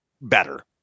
better